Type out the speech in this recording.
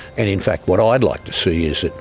and in fact what i'd like to see is